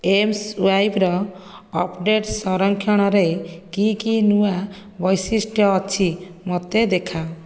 ଏମସ୍ୱାଇପ୍ର update ସଂରକ୍ଷଣରେ କି କି ନୂଆ ବୈଶିଷ୍ଟ୍ୟ ଅଛି ମୋତେ ଦେଖାଅ